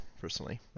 personally